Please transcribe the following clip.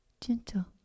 gentle